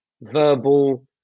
verbal